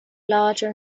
larger